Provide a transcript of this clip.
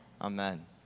Amen